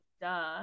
duh